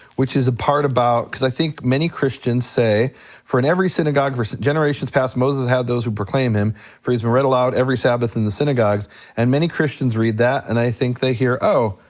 which is a part about, cause i think many christians say for in every synagogue for generations past moses had those who proclaim him for he's been read aloud every sabbath in the synagogues and many christians read that and i think they hear, oh,